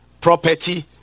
property